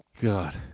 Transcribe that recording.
God